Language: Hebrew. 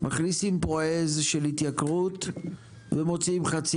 מכניסים פה עז של התייקרות ומוציאים חצי